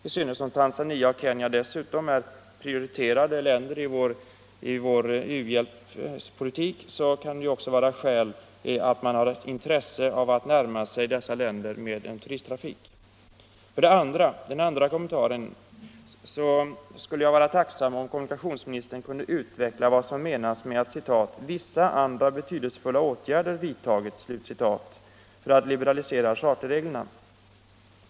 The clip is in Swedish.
Det synes som om Tanzania och Kenya dessutom är prioriterade länder i vår u-hjälpspolitik, och det kan också vara ett skäl att visa att man har intresse för att närma sig dessa länder med en turisttrafik. För det andra skulle jag vara tacksam om kommunikationsministern kunde utveckla vad som menas med att ”vissa andra betydelsefulla åtgärder vidtagits” för att liberalisera charterreglerna.